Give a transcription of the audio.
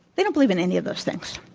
they don't believe in any of those things.